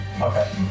Okay